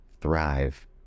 thrive